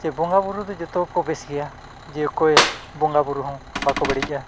ᱥᱮ ᱵᱚᱸᱜᱟᱼᱵᱩᱨᱩ ᱫᱚ ᱡᱚᱛᱚ ᱜᱮᱠᱚ ᱵᱮᱥ ᱜᱮᱭᱟ ᱡᱮ ᱚᱠᱚᱭ ᱵᱚᱸᱜᱟᱼᱵᱩᱨᱩ ᱦᱚᱸ ᱵᱟᱠᱚ ᱵᱟᱹᱲᱤᱡᱼᱟ